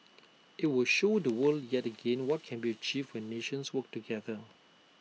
IT will show the world yet again what can be achieved when nations work together